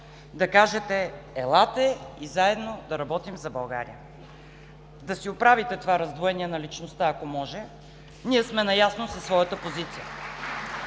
казвате: „Елате и заедно да работим за България!“. Да си оправите това раздвоение на личността, ако може. Ние сме наясно със своята позиция.